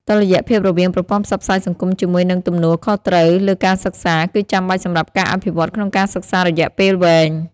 តុល្យភាពរវាងប្រព័ន្ធផ្សព្វផ្សាយសង្គមជាមួយនឹងទំនួលខុសត្រូវលើការសិក្សាគឺចាំបាច់សម្រាប់ការអភិវឌ្ឍន៍ក្នុងការសិក្សារយៈពេលវែង។